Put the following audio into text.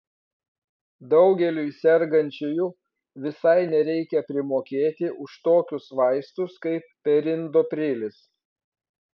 daugeliui sergančiųjų visai nereikia primokėti už tokius vaistus kaip perindoprilis